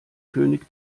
könig